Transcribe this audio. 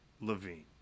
Levine